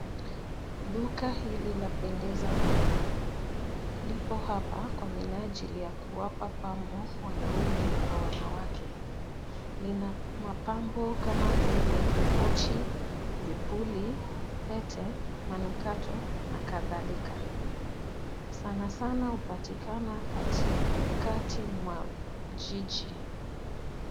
Duka hili lapendeza mno. Lipo hapa kwa minajili ya kuwapa pambo wanaume kwa wanawake. Lina mapambo kama vile vipochi, vipuli, pete, manukato na kadhalika. Sana sana upatikana katikati mwa jiji.